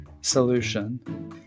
solution